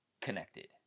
connected